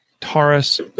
Taurus